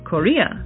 Korea